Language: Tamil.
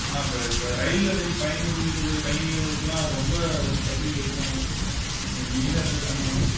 ஆ இப்போ இப்போ ரயிலில் செ பயணம் செஞ்சுட்ருக்குற பயணிகளுக்கெலாம் ரொம்ப வந்து பசியில் இருக்கிறாங்க நீ நீங்கள்தான் ஏதாவது பண்ணணும்